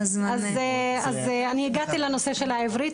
אני הגעתי לנושא של העברית.